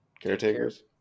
Caretakers